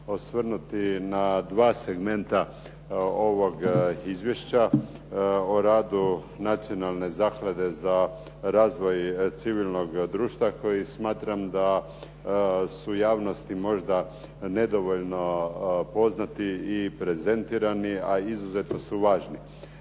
osvrnuti na dva segmenta ovog izvješća o radu Nacionalne zaklade za razvoj civilnoga društva koji smatram da su javnosti možda nedovoljno poznati i prezentirani, a izuzetno su važni.